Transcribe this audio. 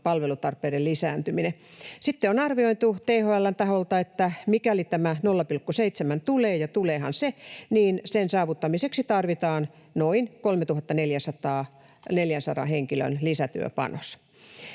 palvelutarpeiden lisääntyminen. Sitten on arvioitu THL:n taholta, että mikäli tämä 0,7 tulee — ja tuleehan se — niin sen saavuttamiseksi tarvitaan noin 3 400 henkilön lisätyöpanos.